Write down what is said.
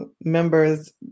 members